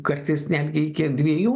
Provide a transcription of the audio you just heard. kartais netgi iki dviejų